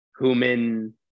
human